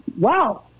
wow